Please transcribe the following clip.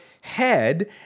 head